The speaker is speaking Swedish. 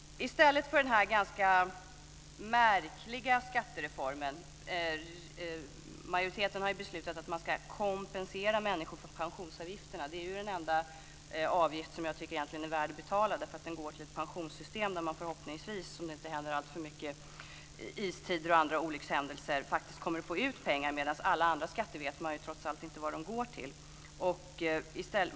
Den ganska märkliga skattereformen innebär att majoriteten har beslutat att man ska kompensera människorna för pensionsavgiften. Det är egentligen den enda avgift som jag tycker är värd att betala, eftersom den går till ett pensionssystem som man faktiskt, om det inte inträffar alltför mycket i form av istider och andra olyckor, kommer att få ut pengar från. Man vet trots allt inte vart alla de andra skatter som man betalar går till.